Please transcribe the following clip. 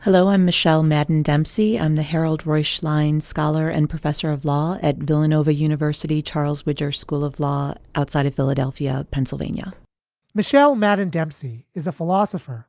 hello, i'm michel martin dempsey. i'm the herald reisz line scholar and professor of law at villanova university, charles, which are school of law outside of philadelphia, pennsylvania michel martin dempsey is a philosopher,